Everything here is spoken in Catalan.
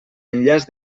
enllaç